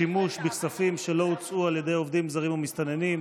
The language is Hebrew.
שימוש בכספים שלא הוצאו על ידי עובדים זרים ומסתננים),